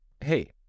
hey